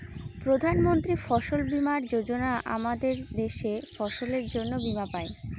প্রধান মন্ত্রী ফসল বীমা যোজনার জন্য আমাদের দেশের ফসলের জন্যে বীমা পাই